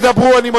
אני מודיע לכם.